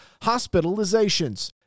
Hospitalizations